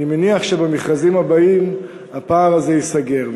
אני מניח שבמכרזים הבאים הפער הזה ייסגר.